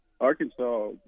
Arkansas